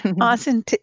Awesome